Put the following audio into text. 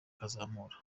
kuzamura